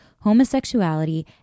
homosexuality